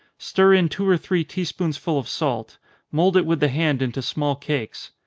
stir in two or three tea-spoonsful of salt mould it with the hand into small cakes.